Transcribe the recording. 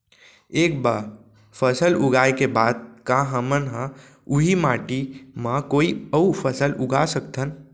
एक बार फसल उगाए के बाद का हमन ह, उही माटी मा कोई अऊ फसल उगा सकथन?